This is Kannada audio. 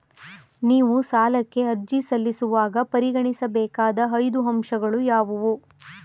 ನೀವು ಸಾಲಕ್ಕೆ ಅರ್ಜಿ ಸಲ್ಲಿಸುವಾಗ ಪರಿಗಣಿಸಬೇಕಾದ ಐದು ಅಂಶಗಳು ಯಾವುವು?